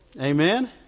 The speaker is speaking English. Amen